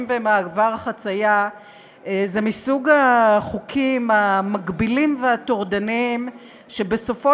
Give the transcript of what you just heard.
במעבר חציה זה מסוג החוקים המגבילים והטורדניים שבסופו